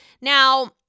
Now